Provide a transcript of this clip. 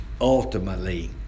ultimately